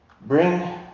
Bring